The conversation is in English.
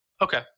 okay